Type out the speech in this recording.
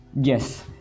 Yes